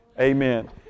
Amen